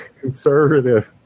conservative